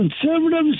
conservatives